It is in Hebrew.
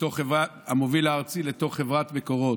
המוביל הארצי אל חברת מקורות.